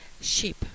sheep